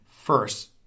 First